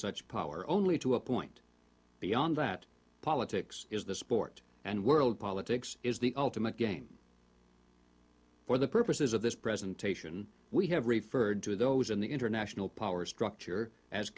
such power only to a point beyond that politics is the sport and world politics is the ultimate game for the purposes of this presentation we have referred to those in the international power structure as